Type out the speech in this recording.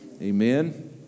Amen